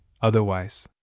otherwise